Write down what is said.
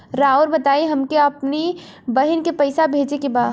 राउर बताई हमके अपने बहिन के पैसा भेजे के बा?